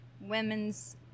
women's